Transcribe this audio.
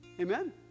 Amen